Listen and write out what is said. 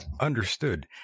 Understood